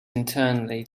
internally